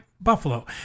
Buffalo